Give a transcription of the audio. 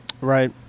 Right